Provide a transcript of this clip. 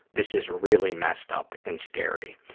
this is really messed up and scary.